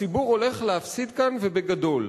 הציבור הולך להפסיד כאן ובגדול.